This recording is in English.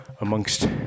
amongst